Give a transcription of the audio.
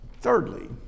Thirdly